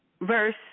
verse